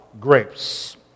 grapes